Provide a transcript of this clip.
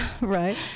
Right